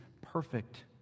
perfect